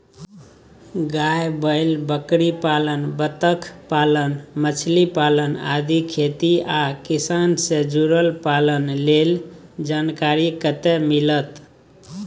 गाय, बैल, बकरीपालन, बत्तखपालन, मछलीपालन आदि खेती आ किसान से जुरल पालन लेल जानकारी कत्ते मिलत?